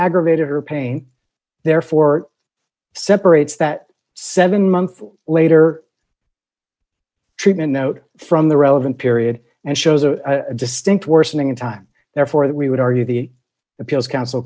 aggravated her pain therefore separates that seven month later treatment note from the relevant period and shows a distinct worsening in time therefore that we would argue the appeals council